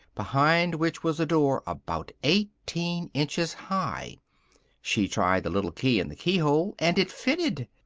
behind which was a door about eighteen inches high she tried the little key in the keyhole, and it fitted!